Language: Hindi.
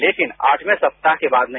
लेकिन आठवे सप्ताह के बाद नहीं